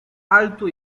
alto